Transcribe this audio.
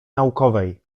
naukowej